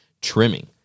trimming